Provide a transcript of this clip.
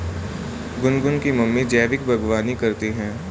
गुनगुन की मम्मी जैविक बागवानी करती है